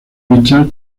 richards